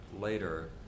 later